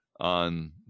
on